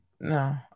No